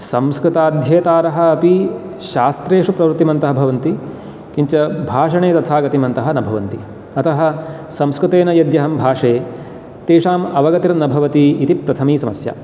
संस्कृताध्येतारः अपि शास्त्रेषु प्रवृत्तिमन्तः भवन्ति किञ्च भाषणे तथा गतिमन्तः न भवन्ति अतः संस्कृतेन यद्यहं भाषे तेषाम् अवगतिर्न न भवति इति प्रथमा समस्या